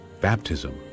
Baptism